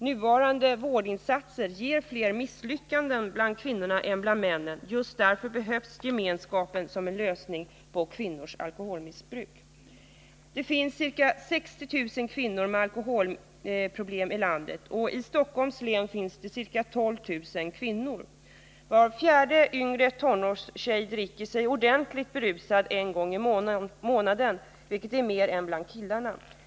Nuvarande vårdinsatser ger fler misslyckanden bland kvinnorna än bland männen. Just därför behövs gemenskapen som en lösning på problemen med kvinnors alkoholmissbruk. Det finns ca 60 000 kvinnor med alkoholproblem i landet. I Stockholms län finns det ca 12 000. Var fjärde yngre tonårstjej dricker sig ordentligt berusad en gång i månaden, vilket är mer än bland killarna.